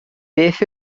beth